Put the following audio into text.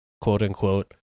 quote-unquote